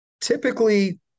Typically